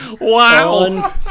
Wow